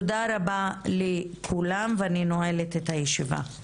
תודה רבה לכולם ואני נועלת את הישיבה.